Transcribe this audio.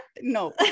No